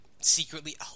secretly